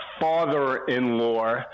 father-in-law